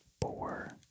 four